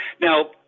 Now